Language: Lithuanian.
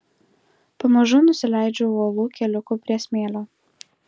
pamažu nusileidžiu uolų keliuku prie smėlio